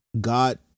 God